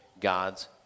God's